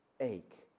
ache